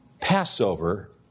Passover